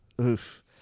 Oof